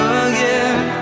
again